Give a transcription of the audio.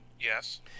Yes